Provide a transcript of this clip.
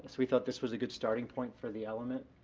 so we thought this was a good starting point for the element.